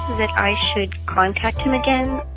that i should contact him again?